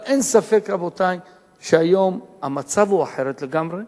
אין ספק, רבותי, שהיום המצב אחר לגמרי.